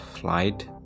flight